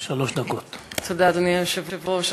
כאן,